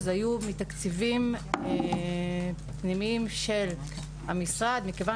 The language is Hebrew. היו מתקציבים פנימיים של המשרד מכיוון